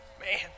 Man